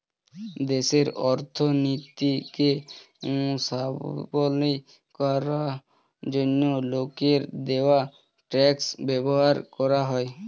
দেশের অর্থনীতিকে স্বাবলম্বী করার জন্য লোকের দেওয়া ট্যাক্স ব্যবহার করা হয়